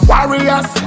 Warriors